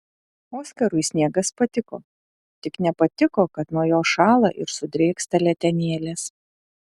oskarui sniegas patiko tik nepatiko kad nuo jo šąla ir sudrėksta letenėlės